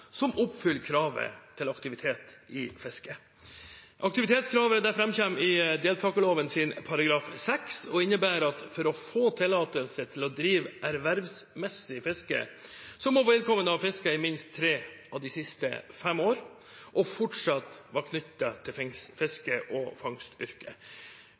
som oppfyller kravet til aktivitet i fisket. Aktivitetskravet framkommer av deltakerloven § 6 og innebærer at for å få tillatelse til å drive ervervsmessig fiske må vedkommende ha fisket i minst tre av de siste fem årene og fortsatt være knyttet til